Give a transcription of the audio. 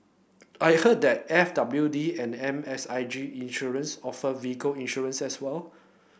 I heard that F W D and M S I G Insurance offer vehicle insurance as well